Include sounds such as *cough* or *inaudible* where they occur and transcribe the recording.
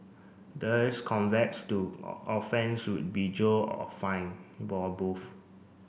those *unintelligible* offence would be jailed or fined *unintelligible* or both